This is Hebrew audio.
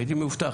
הייתי מאובטח,